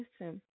Listen